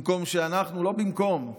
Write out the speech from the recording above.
במקום שאנחנו, לא במקום,